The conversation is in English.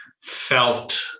felt